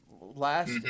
last